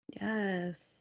yes